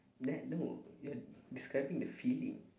then no you are describing the filling